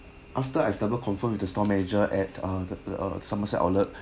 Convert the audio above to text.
after I've double confirmed with the store manager at uh the uh somerset outlet